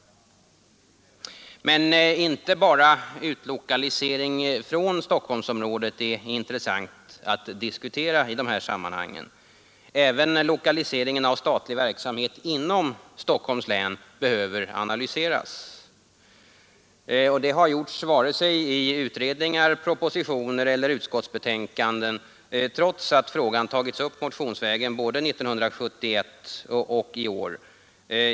Men inte bara utlokalisering från Stockholmsområdet är intressant att diskutera i det här sammanhanget. Även lokaliseringen av statlig verksamhet inom Stockholms län behöver analyseras. Det har inte gjorts i vare sig utredningar, propositioner eller utskottsbetänkanden trots att frågan tagits upp motionsvägen både 1971 och i år.